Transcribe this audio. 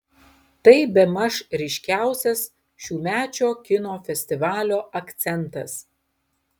tai bemaž ryškiausias šiųmečio kino festivalio akcentas